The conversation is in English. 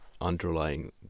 underlying